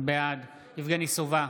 בעד יבגני סובה,